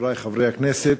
חברי חברי הכנסת,